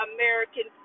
American